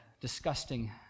disgusting